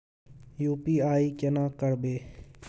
UPI केना करबे?